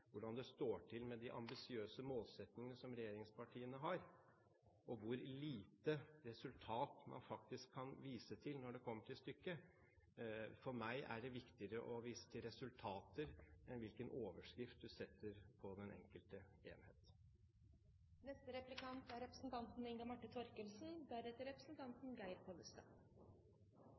hvordan det står til med de ambisiøse målsettingene som regjeringspartiene har, og hvor lite resultat man faktisk kan vise til når det kommer til stykket. For meg er det viktigere å vise til resultater enn til hvilken overskrift en setter på den enkelte enhet.